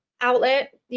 outlet